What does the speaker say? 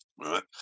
Right